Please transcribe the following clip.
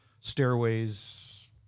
stairways